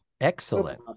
Excellent